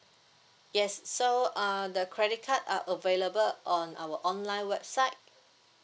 yes so uh the credit card are available on our online website